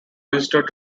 registered